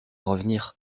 revenir